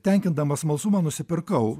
tenkindamas smalsumą nusipirkau